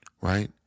right